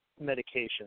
medication